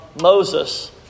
Moses